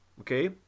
okay